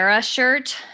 shirt